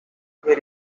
very